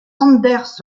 anders